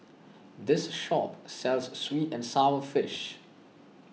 this shop sells Sweet and Sour Fish